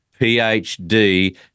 PhD